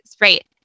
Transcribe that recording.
right